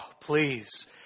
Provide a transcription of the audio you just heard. please